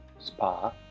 spa